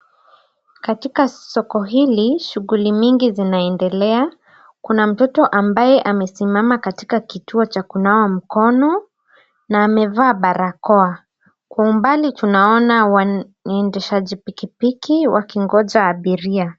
Katika soko hili shughuli mingi zinaendelea. Kuna mtoto ambaye amesimama katika kituo cha kunawa mkono na amevaa barakoa. Kwa umbali tunaona waendeshaji pikipiki wakingoja abiria.